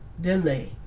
delay